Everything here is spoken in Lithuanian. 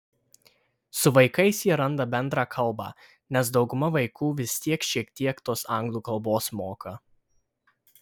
su vaikais jie randa bendrą kalbą nes dauguma vaikų vis tiek šiek tiek tos anglų kalbos moka